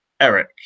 eric